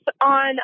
on